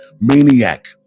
maniac